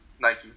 nike